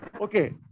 Okay